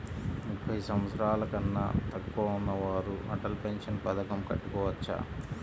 ముప్పై సంవత్సరాలకన్నా తక్కువ ఉన్నవారు అటల్ పెన్షన్ పథకం కట్టుకోవచ్చా?